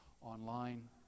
online